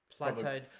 plateaued